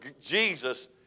Jesus